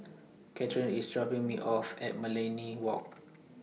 Katheryn IS dropping Me off At Millenia Walk